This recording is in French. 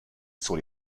sur